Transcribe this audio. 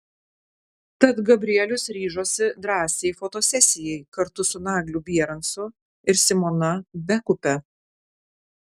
tad gabrielius ryžosi drąsiai fotosesijai kartu su nagliu bierancu ir simona bekupe